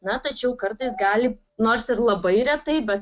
na tačiau kartais gali nors ir labai retai bet